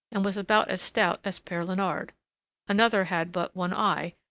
and was about as stout as pere leonard another had but one eye,